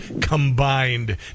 combined